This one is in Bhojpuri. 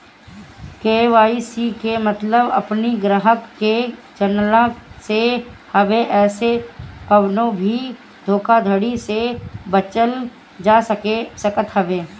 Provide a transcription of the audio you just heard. के.वाई.सी के मतलब अपनी ग्राहक के जनला से हवे एसे कवनो भी धोखाधड़ी से बचल जा सकत हवे